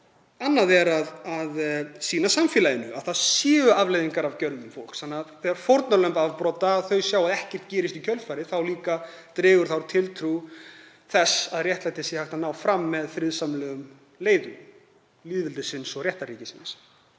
Annað er að sýna samfélaginu að það séu afleiðingar af gjörðum fólks. Þegar fórnarlömb afbrota sjá að ekkert gerist í kjölfarið dregur það úr tiltrú þeirra á að réttlæti sé hægt að ná fram með friðsamlegum leiðum lýðveldisins og réttarríkisins.